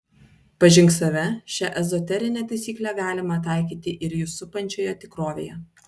pažink save šią ezoterinę taisyklę galima taikyti ir jus supančioje tikrovėje